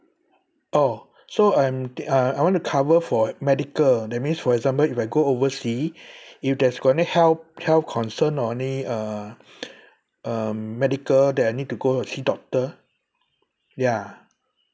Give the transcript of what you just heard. oh so I'm uh I want to cover for medical that means for example if I go oversea if there's got any health health concern or any uh um medical that I need to go see doctor ya